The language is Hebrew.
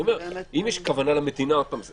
זה